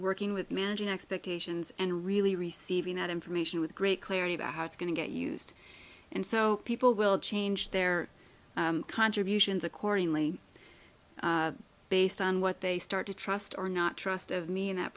working with managing expectations and really receiving that information with great clarity about how it's going to get used and so people will change their contributions accordingly based on what they start to trust or not trust of me in that